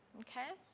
okay,